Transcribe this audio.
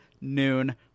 noon